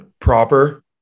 proper